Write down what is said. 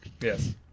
Yes